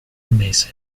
mese